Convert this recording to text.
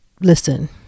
Listen